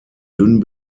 dünn